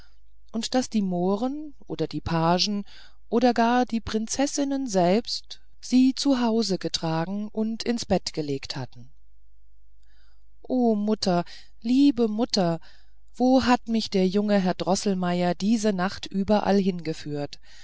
und daß die mohren oder die pagen oder gar die prinzessinnen selbst sie zu hause getragen und ins bett gelegt hatten o mutter liebe mutter wo hat mich der junge herr droßelmeier diese nacht überall hingeführt